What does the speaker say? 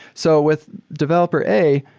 so with developer a,